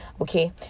okay